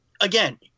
Again